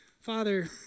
Father